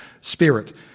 spirit